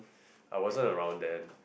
I wasn't around then